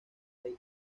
rey